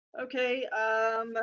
Okay